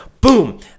boom